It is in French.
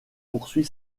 poursuit